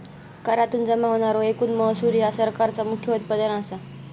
करातुन जमा होणारो एकूण महसूल ह्या सरकारचा मुख्य उत्पन्न असा